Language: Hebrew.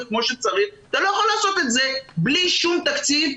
כפי שצריך אתה לא יכול לעשות בלי שום תקציב,